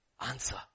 answer